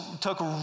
took